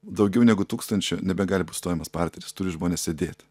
daugiau negu tūkstančio nebegali būt stovimas partneris turi žmonės sėdėt